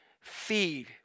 feed